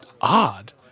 odd